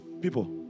people